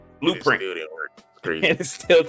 Blueprint